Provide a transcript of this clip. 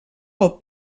pel